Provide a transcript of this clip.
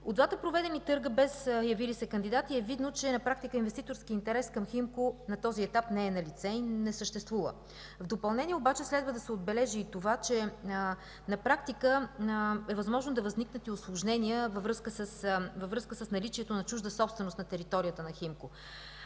От двата проведени търга без явили се кандидати, е видно, че на практика инвеститорски интерес към „Химко” на този етап не е налице и не съществува. В допълнение обаче следва да се отбележи и това, че на практика е възможно да възникнат и усложнения във връзка с наличието на чужда собственост на територията на „Химко”.